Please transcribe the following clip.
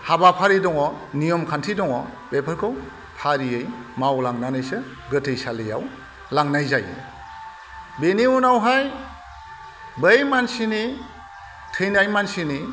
हाबाफारि दङ नियम खान्थि दङ बेफोरखौ फारियै मावलांनानैसो गोथैसालियाव लांनाय जायो बेनि उनावहाय बै मानसिनि थैनाय मानसिनि